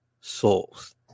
souls